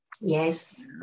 Yes